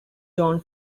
jon